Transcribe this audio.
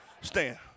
Stand